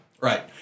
right